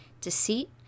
deceit